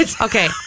Okay